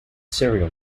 serial